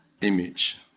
image